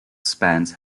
spans